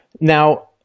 Now